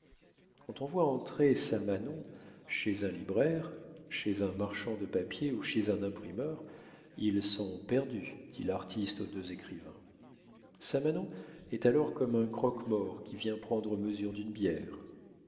quand on voit entrer samanon chez un libraire chez un marchand de papier ou chez un imprimeur ils sont perdus dit l'artiste aux deux écrivains samanon est alors comme un croque-mort qui vient prendre mesure d'une bière